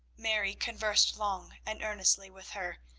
mary conversed long and earnestly with her,